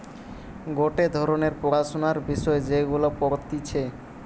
গটে ধরণের পড়াশোনার বিষয় যেগুলা পড়তিছে